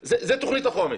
זה תוכנית החומש.